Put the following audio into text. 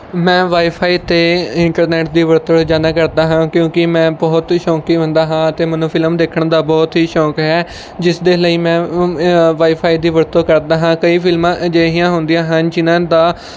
ਮੈਂ ਵਾਈਫਾਈ 'ਤੇ ਇੰਟਰਨੈੱਟ ਦੀ ਵਰਤੋਂ ਰੋਜ਼ਾਨਾ ਕਰਦਾ ਹਾਂ ਕਿਉਂਕਿ ਮੈਂ ਬਹੁਤ ਸ਼ੌਕੀ ਬੰਦਾ ਹਾਂ ਅਤੇ ਮੈਨੂੰ ਫਿਲਮ ਦੇਖਣ ਦਾ ਬਹੁਤ ਹੀ ਸ਼ੌਕ ਹੈ ਜਿਸ ਦੇ ਲਈ ਮੈਂ ਵਾਈਫਾਈ ਦੀ ਵਰਤੋਂ ਕਰਦਾ ਹਾਂ ਕਈ ਫਿਲਮਾਂ ਅਜਿਹੀਆਂ ਹੁੰਦੀਆਂ ਹਨ ਜਿਹਨਾਂ ਦਾ